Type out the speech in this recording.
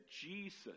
Jesus